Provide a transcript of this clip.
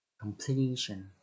Completion